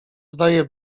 zdaje